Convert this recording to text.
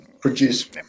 produce